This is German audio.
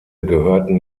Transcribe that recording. gehörten